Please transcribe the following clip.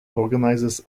organises